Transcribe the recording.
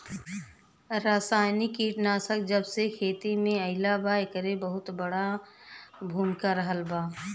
रासायनिक कीटनाशक जबसे खेती में आईल बा येकर बहुत बड़ा भूमिका रहलबा